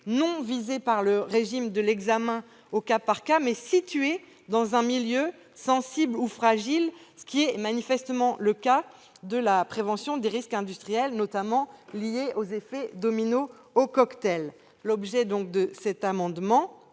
non visé par le régime de l'examen au cas par cas, mais situé dans un milieu sensible ou fragile ; tel est manifestement le cas de la prévention des risques industriels, notamment ceux liés aux effets « domino » ou « cocktail ». L'objet de cet amendement,